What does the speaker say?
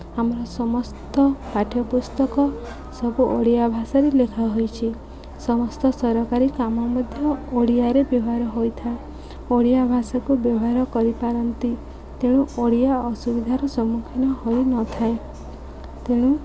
ଆମର ସମସ୍ତ ପାଠ୍ୟ ପୁସ୍ତକ ସବୁ ଓଡ଼ିଆ ଭାଷାରେ ଲେଖା ହୋଇଛି ସମସ୍ତ ସରକାରୀ କାମ ମଧ୍ୟ ଓଡ଼ିଆରେ ବ୍ୟବହାର ହୋଇଥାଏ ଓଡ଼ିଆ ଭାଷାକୁ ବ୍ୟବହାର କରିପାରନ୍ତି ତେଣୁ ଓଡ଼ିଆ ଅସୁବିଧାର ସମ୍ମୁଖୀନ ହୋଇନଥାଏ ତେଣୁ